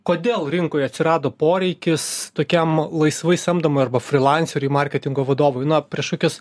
kodėl rinkoje atsirado poreikis tokiam laisvai samdomam arba frilanseriui marketingo vadovui na prieš kokius